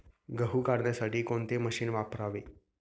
गहू काढण्यासाठी कोणते मशीन वापरावे?